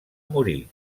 morir